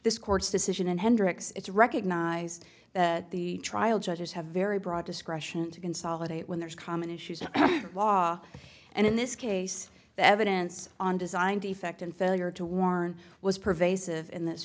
this court's decision and hendricks it's recognized that the trial judges have very broad discretion to consolidate when there's common issues in law and in this case the evidence on design defect and failure to warn was pervasive in this